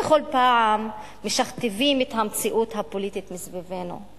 בכל פעם משכתבים את המציאות הפוליטית מסביבנו.